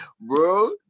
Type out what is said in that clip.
Bro